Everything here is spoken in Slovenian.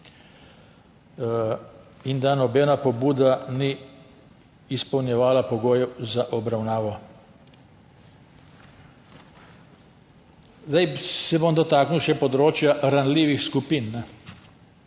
in da nobena pobuda ni izpolnjevala pogojev za obravnavo. Zdaj se bom dotaknil še področja ranljivih skupin.